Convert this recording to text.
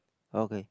okay